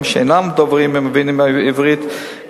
הדבר הזה מחייב חקיקה.